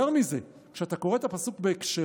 יותר מזה, כשאתה קורא את הפסוק בהקשרו,